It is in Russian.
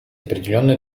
определенные